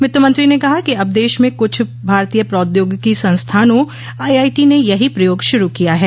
वित्तमंत्री ने कहा कि अब देश में कुछ भारतीय प्रौद्योगिकी संस्थानों आईआईटी ने यही प्रयोग शुरु किया है